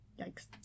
yikes